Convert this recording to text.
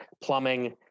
plumbing